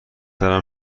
دارم